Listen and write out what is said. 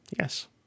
Yes